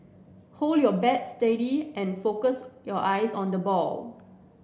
hold your bat steady and focus your eyes on the ball